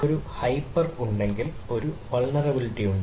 ഒരു ഹൈപ്പർ ഉണ്ടെങ്കിൽ ഒരു വൾനറബിലിറ്റി ഉണ്ട്